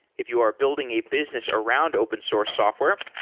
if you are building a business around open source software,